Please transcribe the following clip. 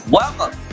welcome